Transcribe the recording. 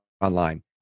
online